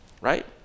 right